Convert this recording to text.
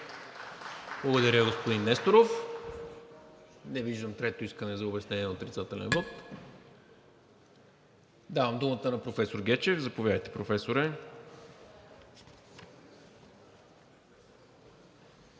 Благодаря, господин Несторов. Не виждам трето искане за обяснение на отрицателен вот. Давам думата на професор Гечев – заповядайте.